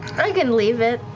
i can leave it.